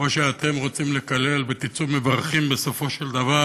כמו שאתם רוצים לקלל ותצאו מברכים בסופו של דבר.